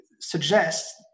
suggests